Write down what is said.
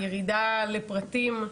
הירידה לפרטים,